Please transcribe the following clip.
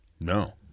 No